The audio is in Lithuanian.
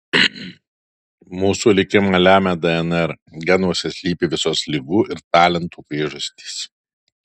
mūsų likimą lemia dnr genuose slypi visos ligų ir talentų priežastys